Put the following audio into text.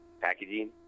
packaging